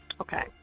Okay